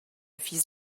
fils